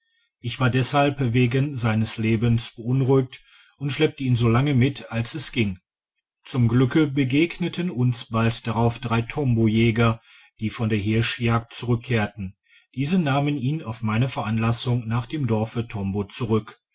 ich war deshalb wegen seines lebens beunruhigt und schleppte ihn solange mit als es ging zum glücke begegneten uns bald darauf drei tombo jäger die von der hirschjagd zurückkehrten diese nahmen ihn auf meine veranlassung nach dem dorfe tombo zurück